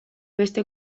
beste